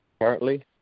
currently